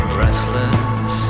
Breathless